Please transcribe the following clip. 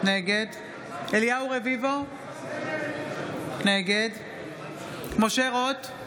נגד אליהו רביבו, נגד משה רוט,